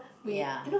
ya